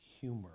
humor